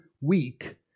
weak